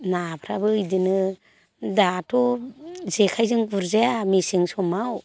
नाफ्राबो बेदिनो दाथ' जेखाइजों गुरजाया मेसें समाव